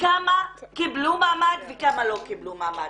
כמה קיבלו מעמד וכמה לא קיבלו מעמד.